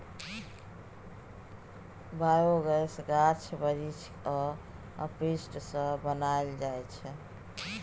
biogas गाछ बिरीछ आ अपशिष्ट सँ बनाएल जाइ छै